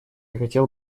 хотел